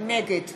נגד